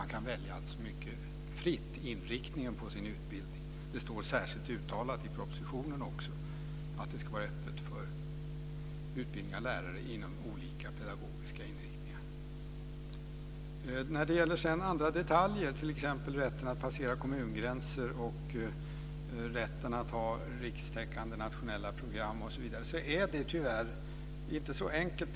Man kan mycket fritt välja inriktning på sin utbildning. Det står också särskilt uttalat i propositionen att det ska vara öppet för utbildning av lärare inom olika pedagogiska inriktningar. När det gäller andra detaljer, t.ex. rätten att passera kommungränser och rätten att ha rikstäckande nationella program, är det tyvärr inte så enkelt.